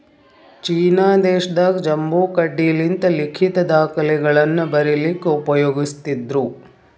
China ದೇಶದಾಗ್ bamboo ಕಡ್ಡಿಲಿಂತ್ ಲಿಖಿತ್ ದಾಖಲೆಗಳನ್ನ ಬರಿಲಿಕ್ಕ್ ಉಪಯೋಗಸ್ತಿದ್ರು